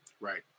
Right